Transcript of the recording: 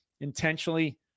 intentionally